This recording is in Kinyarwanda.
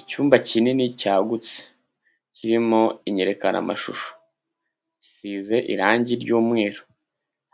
Icyumba kinini cyagutse. Kirimo inyerekanamashusho. Gisize irangi ry'umweru.